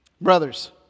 brothers